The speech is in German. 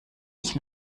ich